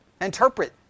Interpret